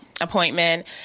appointment